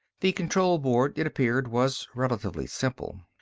the control board, it appeared, was relatively simple.